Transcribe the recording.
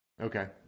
okay